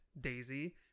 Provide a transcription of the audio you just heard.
Daisy